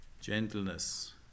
gentleness